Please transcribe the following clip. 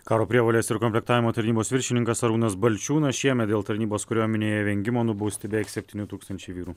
karo prievolės ir komplektavimo tarnybos viršininkas arūnas balčiūnas šiemet dėl tarnybos kariuomenėje vengimo nubausti beveik septyni tūkstančiai vyrų